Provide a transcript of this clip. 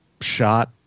shot